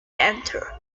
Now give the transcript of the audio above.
enter